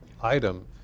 item